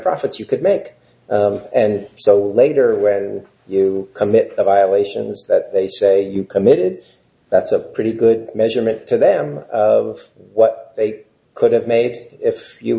profits you could make so later when you commit the violations that they say you've committed that's a pretty good measurement to them of what they could have made if you